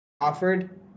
offered